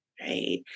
right